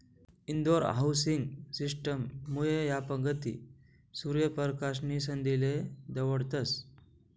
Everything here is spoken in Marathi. इंदोर हाउसिंग सिस्टम मुये यापक गती, सूर्य परकाश नी संधीले दवडतस